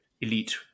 Elite